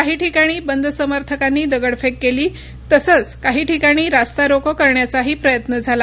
काही ठिकाणी बंद समर्थकांनी दगडफेक केली तसंच काही ठिकाणी रास्ता रोको करण्याचाही प्रयत्न झाला